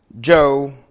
Joe